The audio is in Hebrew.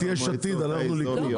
יש עתיד, אנחנו ליכוד.